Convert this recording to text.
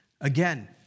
Again